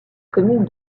commune